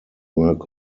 work